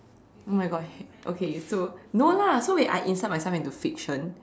oh my God okay so no lah so when I insert myself into fiction